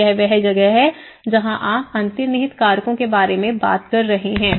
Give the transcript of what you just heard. तो यह वह जगह है जहाँ आप अंतर्निहित कारकों के बारे में बात कर रहे हैं